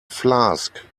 flask